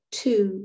two